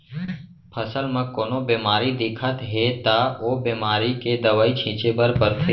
फसल म कोनो बेमारी दिखत हे त ओ बेमारी के दवई छिंचे बर परथे